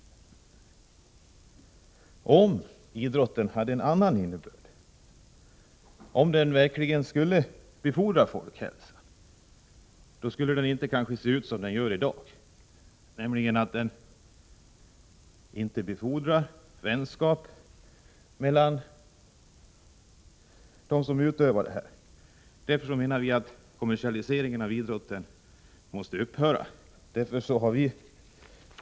Om idrotten hade en annan innebörd, om den verkligen skulle befordra folkhälsan, skulle den kanske inte se ut som den gör i dag, nämligen så att den inte befordrar vänskap mellan dem som utövar idrotten. Därför anser vi att kommersialiseringen av idrotten skall upphöra.